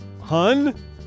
hun